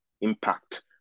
impact